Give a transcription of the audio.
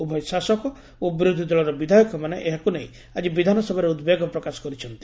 ଉଭୟ ଶାସକ ଓ ବିରୋଧୀ ଦଳର ବିଧାୟକମାନେ ଏହାକୁ ନେଇ ଆଜି ବିଧାନସଭାରେ ଉଦବେଗ ପ୍ରକାଶ କରିଛନ୍ତି